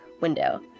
window